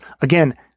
Again